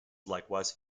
likewise